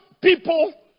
people